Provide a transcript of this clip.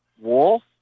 Wolf